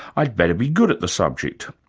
i'd better be good at the subject.